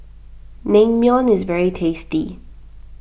Naengmyeon is very tasty